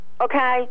okay